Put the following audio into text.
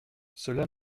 cela